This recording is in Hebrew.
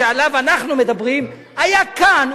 שעליו אנחנו מדברים היה כאן,